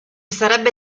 sarebbe